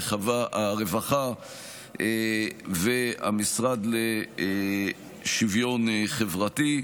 משרד הרווחה והמשרד לשוויון חברתי.